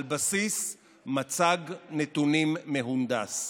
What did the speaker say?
על בסיס מצג נתונים מהונדס.